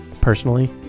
personally